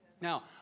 Now